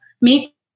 Make